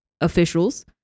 officials